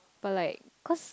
but like cause